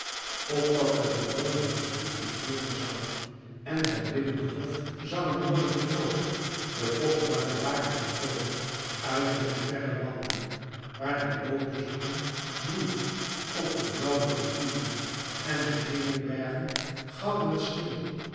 opdat de bewoner hun stoet bespeuren zoû en zij binnen den hof zouden worden genood de kostbare waren te toonen uit hunne verre landen waar de lotosbloem bloeit op de blauwe rivieren en de hemelbergen gouden sneeuw